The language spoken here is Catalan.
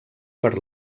per